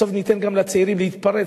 בסוף ניתן לצעירים להתפרץ.